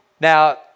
Now